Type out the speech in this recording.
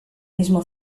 mismo